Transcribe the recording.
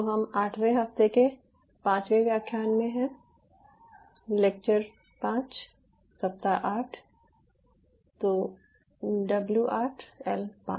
तो हम 8 वें हफ्ते के पांचवें व्याख्यान में हैं लेक्चर 5 सप्ताह 8 तो डब्ल्यू 8 एल 5